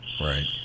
Right